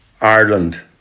Ireland